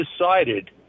decided